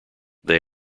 they